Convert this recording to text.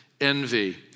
envy